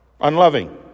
unloving